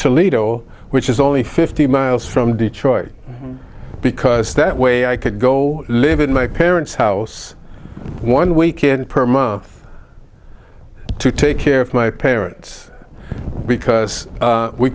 toledo which is only fifty miles from detroit because that way i could go live in my parents house one weekend per month to take care of my parents because